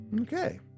Okay